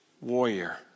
Warrior